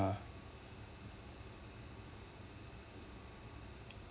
uh